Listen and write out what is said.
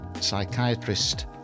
psychiatrist